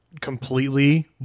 completely